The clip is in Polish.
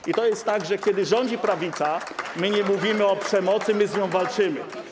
I to jest tak, że kiedy rządzi prawica, my nie mówimy o przemocy, my z nią walczymy.